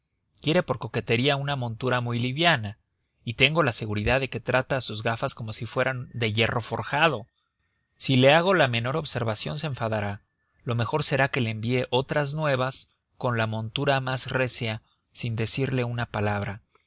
quiere por coquetería una montura muy liviana y tengo la seguridad de que trata a sus gafas como si fueran de hierro forjado si le hago la menor observación se enfadará lo mejor será que le envíe otras nuevas con la montura más recia sin decirle una palabra